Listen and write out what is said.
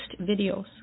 videos